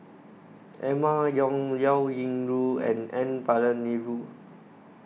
Emma Yong Liao Yingru and N Palanivelu